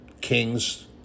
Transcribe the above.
kings